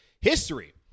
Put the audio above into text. history